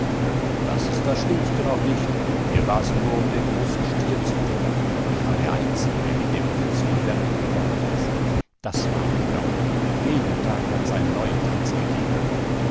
das ist das schlimmste noch nicht mir war's nur um den großen stier zu tun ich war der einzige der mit dem mordsvieh fertig geworden ist das war eine gaude jeden tag hat's einen neuen tanz gegeben